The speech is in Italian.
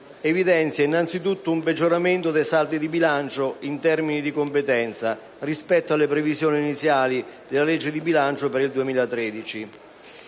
evidenzia anzitutto un peggioramento dei saldi di bilancio in termini di competenza rispetto alle previsioni iniziali della legge di bilancio per il 2013.